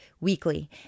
weekly